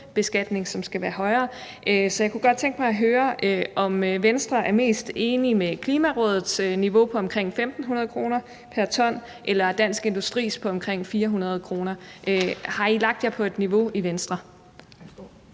CO2-beskatning, som skal være højere. Så jeg kunne godt tænke mig at høre, om Venstre er mest enig i Klimarådets niveau på omkring 1.500 kr. pr. ton eller Dansk Industris på omkring 400 kr. pr. ton. Har I lagt jer på et niveau i Venstre?